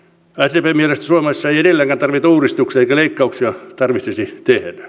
sdpn mielestä suomessa ei edelleenkään tarvita uudistuksia eikä leikkauksia tarvitsisi